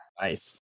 Nice